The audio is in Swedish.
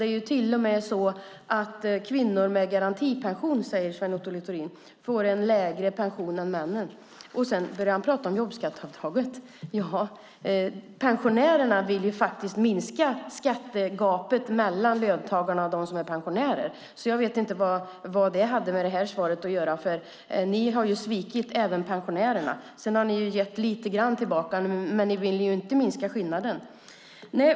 Det är till och med så att kvinnor med garantipension, säger Sven Otto Littorin, får en lägre pension än männen. Sedan börjar han prata om jobbskatteavdraget. Pensionärerna vill faktiskt minska skattegapet mellan löntagarna och dem som är pensionärer. Så jag vet inte vad det hade med det här svaret att göra. Ni har ju svikit även pensionärerna. Sedan har ni gett lite grann tillbaka, men ni vill inte minska skillnaden.